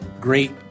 great